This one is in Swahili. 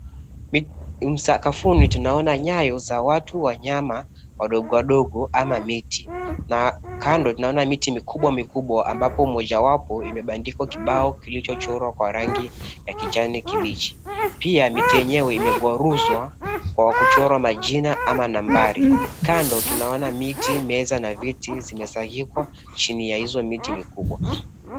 Sakafuni tunaona nyayo za watu, wanyama wadogo wadogo ama miti na kando naona miti mikubwa mikubwa ambapo moja wapo imeandikwa kibao kilicho chorwa kwa rangi ya kijani kibichi. Pia miti yenyewe imegwaruzwa kwa kuchorwa majina ama nambari, kando tunaona miti, meza na viti zimewekwa chini ya hizo miti mikubwa.